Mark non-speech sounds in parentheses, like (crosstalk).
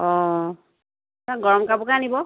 অঁ (unintelligible) গৰম কাপোৰকে আনিব